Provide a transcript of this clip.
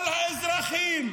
כל האזרחים,